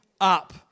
up